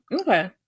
Okay